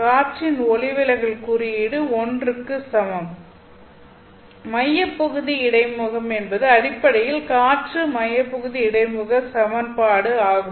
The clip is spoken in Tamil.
காற்றின் ஒளிவிலகல் குறியீடு 1 க்கு சமம் மையப்பகுதி இடைமுகம் என்பது அடிப்படையில் காற்று மையப்பகுதி இடைமுக சமன்பாடு ஆகும்